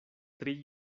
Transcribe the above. tri